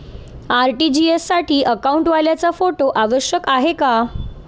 RTGS साठी अकाउंटवाल्याचा photo आवश्यक आहे का?